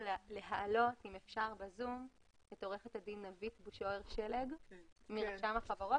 אפשר ב-זום את עורכת הדין נוית בושוער שלג מרשם החברות